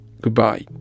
Goodbye